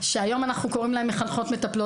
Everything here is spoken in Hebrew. שהיום אנחנו קוראים להם מחנכות-מטפלות,